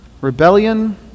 Rebellion